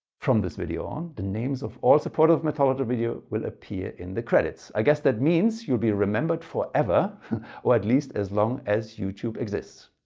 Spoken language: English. from this video on the names of all supporters of mathologer videos will appear in the credits. i guess that means you'll be remembered forever or at least as long as youtube exists.